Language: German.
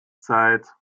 zeit